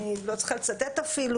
אני לא צריכה לצטט אפילו,